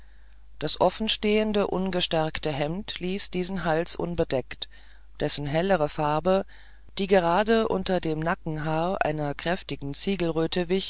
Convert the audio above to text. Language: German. das offenstehende ungestärkte hemd ließ diesen hals unbedeckt dessen hellere farbe die gerade unter dem nackenhaar einer kräftigen